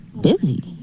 busy